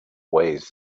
weighs